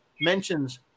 mentions